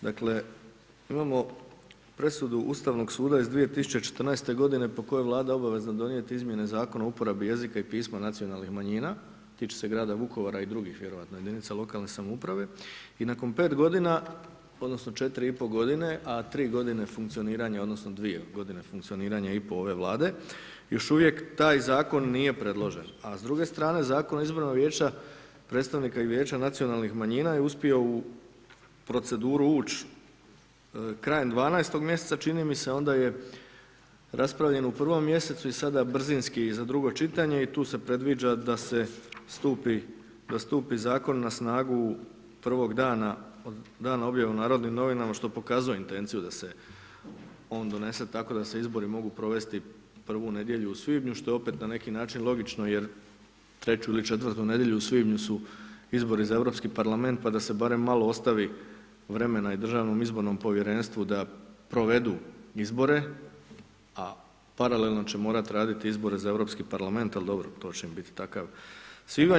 Dakle, imamo presudu Ustavnog suda iz 2014. godine po kojoj je Vlada obavezna donijeti izmjene Zakona o uporabi jezika i pisma nacionalnih manjina, tiče se grada Vukovara i drugih vjerojatno jedinica lokalne samouprave, i nakon pet godina odnosno četiri i pol godine, a tri godine funkcioniranja odnosno dvije godine funkcioniranja i po' ove Vlade, još uvijek taj Zakon nije predložen, a s druge strane Zakon o izboru vijeća, predstavnika i Vijeća nacionalnih manjina, je uspio u proceduru ući krajem 12. mjeseca čini mi se, onda je raspravljen u 1. mjesecu, i sada brzinski i za drugo čitanje, i tu se predviđa da se stupi, da stupi Zakon na snagu prvog dana od dana objave u Narodnim novinama, što pokazuje intenciju da se on donese tako da se izbori mogu provesti prvu nedjelju u svibnju, što je opet na neki način logično, jer treću ili četvrtu nedjelju u svibnju su izbori za Europski Parlament, pa da se barem malo ostavi vremena i Državnom izbornom povjerenstvu da provedu izbore, a paralelno će morat raditi izbore za Europski Parlament, al' dobro, to će im biti takav svibanj.